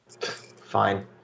Fine